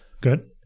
Good